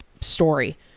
story